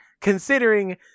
considering